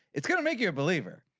it's gonna make you a believer.